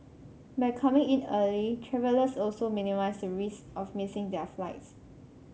by coming in early travellers also minimise the risk of missing their flights